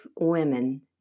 women